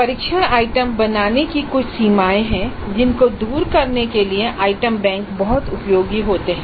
परीक्षण आइटम बनाने की कुछ सीमाएँ हैं जिनको दूर करने के लिए आइटम बैंक बहुत उपयोगी होते है